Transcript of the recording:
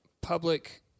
public